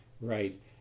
Right